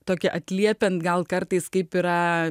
tokia atliepiant gal kartais kaip yra